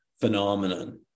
phenomenon